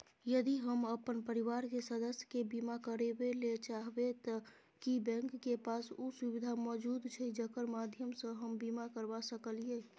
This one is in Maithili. यदि हम अपन परिवार के सदस्य के बीमा करबे ले चाहबे त की बैंक के पास उ सुविधा मौजूद छै जेकर माध्यम सं हम बीमा करबा सकलियै?